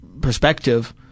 perspective